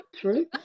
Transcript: true